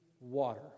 water